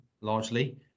largely